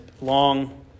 long